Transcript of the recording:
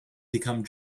become